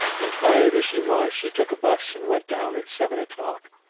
and tired as she was, she took a bus and went down at seven o'clock.